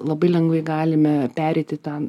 labai lengvai galime pereiti ten